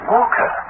Walker